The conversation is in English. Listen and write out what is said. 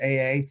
AA